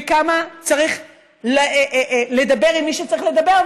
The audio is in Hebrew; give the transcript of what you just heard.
וכמה צריך לדבר עם מי שצריך לדבר.